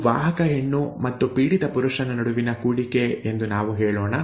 ಇದು ವಾಹಕ ಹೆಣ್ಣು ಮತ್ತು ಪೀಡಿತ ಪುರುಷನ ನಡುವಿನ ಕೂಡಿಕೆ ಎಂದು ನಾವು ಹೇಳೋಣ